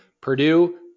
Purdue